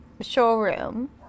showroom